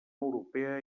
europea